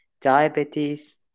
diabetes